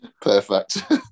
Perfect